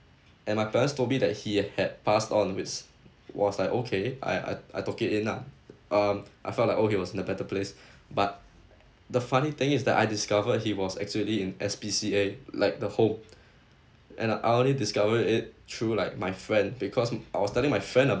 and my parents told me that he had passed on which was like okay I I I took it in lah um I felt like oh he was in a better place but the funny thing is that I discovered he was actually in S_P_C_A like the whole and I I only discovered it through like my friend because I was telling my friend